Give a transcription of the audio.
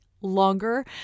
longer